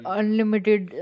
unlimited